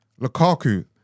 Lukaku